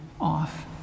off